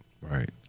Right